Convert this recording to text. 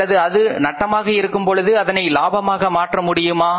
அல்லது அது நட்டமாக இருக்கும்பொழுது அதனை இலாபமாக மாற்ற முடியுமா